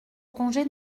congé